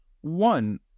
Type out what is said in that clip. One